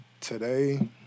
today